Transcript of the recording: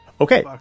Okay